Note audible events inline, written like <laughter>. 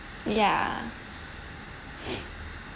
ya <breath>